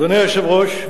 אדוני היושב-ראש,